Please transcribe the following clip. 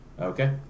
Okay